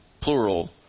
plural